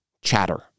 chatter